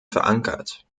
verankert